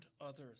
others